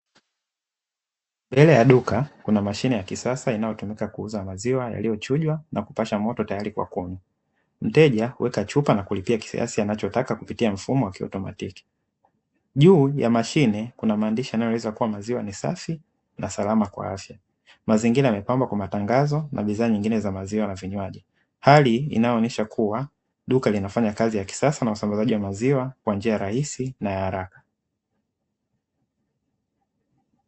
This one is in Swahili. Mbele ya duka kuna mashine ya kisasa inayotumika kuuza maziwa yaliyochujwa na kupashwa moto tayari kwa kunywa. Mteja huweka chupa na kulipia kiasi anachotaka kupitia mfumo wa kiotomatiki, juu ya mashine kuna maandishi yanayoeleza kuwa maziwa ni safi na salama kwa afya. Mazingira yamepambwa kwa matangazo na bidhaa nyingine za maziwa na vinywaji, hali inaonesha kuwa duka linafanya kazi ya kisasa na usambazaji wa maziwa kwa njia rahisi na haraka.